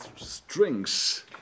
Strings